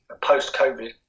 post-COVID